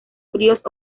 fríos